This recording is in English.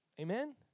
Amen